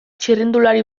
txirrindulari